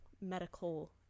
medical